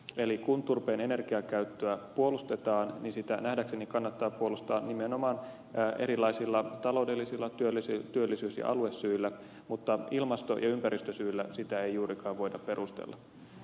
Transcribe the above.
eli kun turpeen energiakäyttöä puolustetaan niin sitä nähdäkseni kannattaa puolustaa nimenomaan erilaisilla taloudellisilla työllisyys ja aluesyillä mutta ilmasto ja ympäristösyillä sitä ei juurikaan voida perustella